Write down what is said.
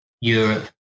Europe